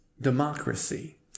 democracy